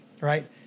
right